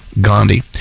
Gandhi